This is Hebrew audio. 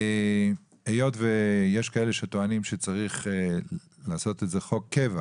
היות שיש כאלה שטוענים שצריך לעשות את זה חוק קבע